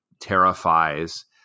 terrifies